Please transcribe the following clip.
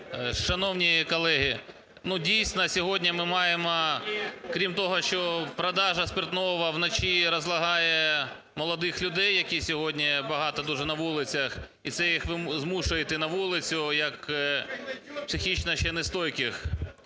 Шановні колеги, ну, дійсно, сьогодні ми маємо крім того, що продажа спиртного вночі розлагає молодих людей, які сьогодні багато дуже на вилицях, і це їх змушує іти на вулицю як психічно ще нестійких.